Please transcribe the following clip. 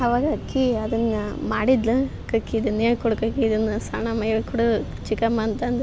ಅವಾಗ ಅಕ್ಕಿ ಅದನ್ನ ಮಾಡಿದ್ಲು ಕಕ್ಕಿ ಇದಾನ ಹೇಳ್ಕೋಡು ಕಾಕಿ ಇದನ್ನ ಸನಮೈಲಿ ಇದನ್ನು ಹೇಳ್ಕೋಡು ಚಿಕ್ಕಮ್ಮ ಅಂತಂದು